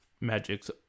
Magic's